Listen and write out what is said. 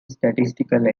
statistical